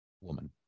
woman